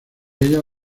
ella